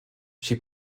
she